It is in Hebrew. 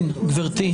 כן, גברתי.